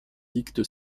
dicte